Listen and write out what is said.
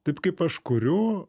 taip kaip aš kuriu